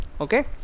Okay